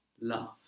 love